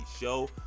show